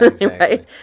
right